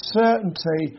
certainty